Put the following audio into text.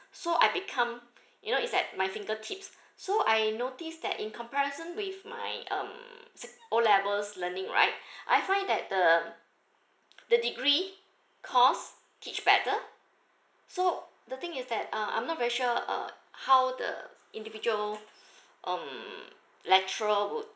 so I become you know it's at my fingertips so I notice that in comparison with my um se~ O levels learning right I find that the the degree course teach better so the thing is that uh I'm not very sure uh how the individual um lecturer would